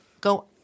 go